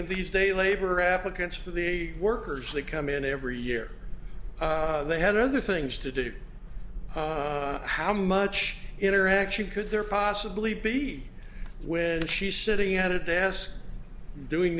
of these day labor applicants for the workers they come in every year they had other things to do how much interaction could there possibly be when she's sitting at a desk doing